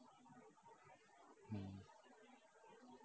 me